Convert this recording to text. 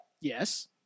Yes